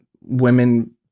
women